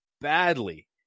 badly